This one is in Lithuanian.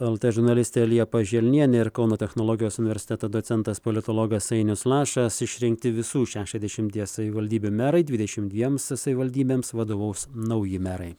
lt žurnalistė liepa želnienė ir kauno technologijos universiteto docentas politologas ainius lašas išrinkti visų šešiasdešimties savivaldybių merai dvidešim dviems savivaldybėms vadovaus nauji merai